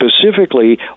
specifically